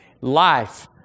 Life